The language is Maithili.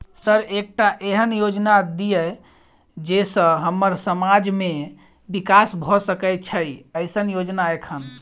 सर एकटा एहन योजना दिय जै सऽ हम्मर समाज मे विकास भऽ सकै छैय एईसन योजना एखन?